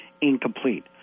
incomplete